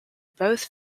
both